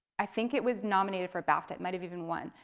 i think it was nominated for a bafta, it might have even won.